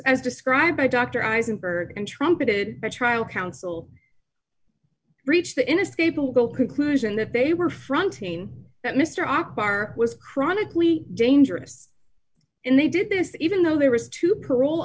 as described by dr eisenberg and trumpeted by trial counsel reached the inescapable conclusion that they were fronting that mr akbar was chronically dangerous and they did this even though there was two parole